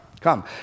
come